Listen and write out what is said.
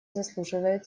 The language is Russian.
заслуживает